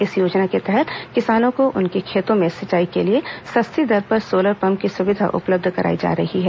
इस योजना के तहत किसानों को उनके खेतों में सिंचाई के लिए सस्ती दर पर सोलर पंप की सुविधा उपलब्ध कराई जा रही है